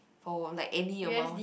for like any amount